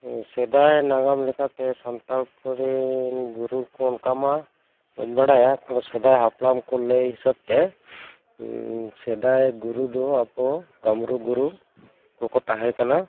ᱥᱮᱫᱟᱭ ᱱᱟᱜᱟᱢ ᱞᱮᱠᱟᱛᱮ ᱥᱟᱱᱛᱟᱞ ᱠᱚᱨᱮᱱ ᱜᱩᱨᱩ ᱠᱚ ᱚᱱᱠᱟᱢᱟ ᱵᱟᱹᱧ ᱵᱟᱲᱟᱭᱟ ᱥᱮᱫᱟᱭ ᱦᱟᱯᱲᱟᱢ ᱠᱚ ᱞᱟᱹᱭ ᱦᱤᱥᱟᱹᱵᱛᱮ ᱥᱮᱫᱟᱭ ᱜᱩᱨᱩ ᱫᱚ ᱟᱵᱚ ᱠᱟᱹᱢᱨᱩ ᱜᱩᱨᱩ ᱠᱚᱠᱚ ᱛᱟᱦᱮᱸ ᱠᱟᱱᱟ